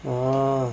orh